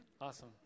awesome